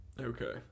Okay